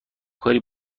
کاری